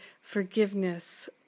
forgiveness